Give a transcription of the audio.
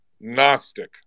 gnostic